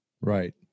Right